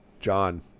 John